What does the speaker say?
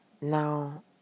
now